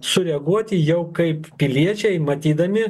sureaguoti jau kaip piliečiai matydami